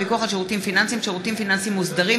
ובהצעת חוק הפיקוח על שירותים פיננסיים (שירותים פיננסיים מוסדרים)